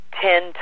ten